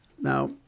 Now